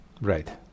Right